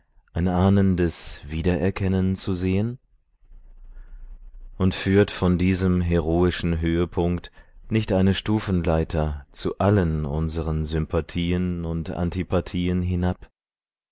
ein ahnendes wiedererkennen zu sehen und führt von diesem heroischen höhepunkt nicht eine stufenleiter zu allen unseren sympathien und antipathien hinab